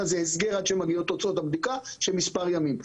זה הסגר עד שמגיעות תוצאות הבדיקה בתוך מספר ימים.